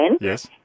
Yes